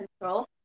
control